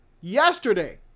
yesterday